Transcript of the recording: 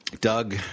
Doug